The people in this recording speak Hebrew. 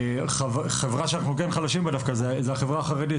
חברה שאנחנו חדשים בה דווקא זאת החברה החרדית